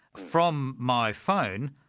from my phone.